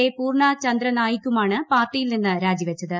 A പൂർണ ചന്ദ്രനായിക്കുമാണ് പാർട്ടിയിൽ നിന്ന് രാജിവച്ചത്